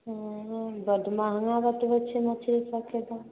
हुँ बड़ महगा बतबै छिए मछरी सबके दाम